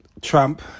trump